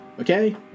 Okay